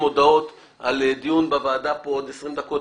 הודעות על דיון בוועדה פה עוד 20 דקות,